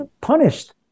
punished